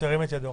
ירים את ידו.